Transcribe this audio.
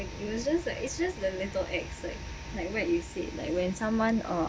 it was just like it's just the little acts like like what you said like when someone